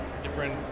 Different